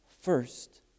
first